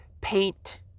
paint